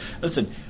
Listen